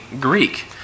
Greek